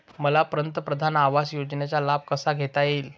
मला पंतप्रधान आवास योजनेचा लाभ कसा घेता येईल?